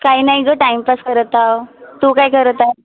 काही नाही गं टाईमपास करत आहो तू काय करत आहे